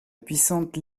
puissante